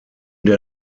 der